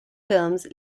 films